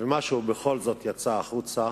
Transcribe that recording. ומשהו בכל זאת יצא החוצה,